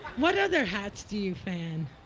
what other hats do you fan?